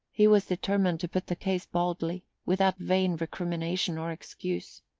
he was determined to put the case baldly, without vain recrimination or excuse.